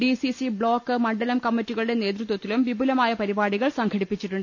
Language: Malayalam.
ഡി സിസി ബ്ലോക്ക് മണ്ഡലം കമ്മറ്റികളുടെ നേതൃത്വത്തിലും വിപുലമായ പരിപാടികൾ സംഘടിപ്പിച്ചിട്ടുണ്ട്